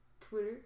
Twitter